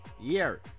year